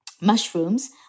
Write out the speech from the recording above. mushrooms